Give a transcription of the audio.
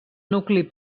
nucli